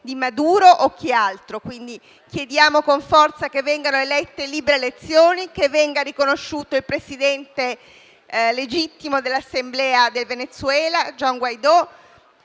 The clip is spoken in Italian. di Maduro o chi altro. Chiediamo, quindi, con forza che vengono indette libere elezioni, che venga riconosciuto il presidente legittimo dell'Assemblea del Venezuela Juan Guaidó.